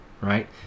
right